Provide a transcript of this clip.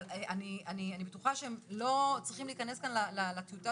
אבל אני בטוחה שהם לא צריכים להיכנס כאן לטיוטה